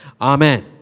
Amen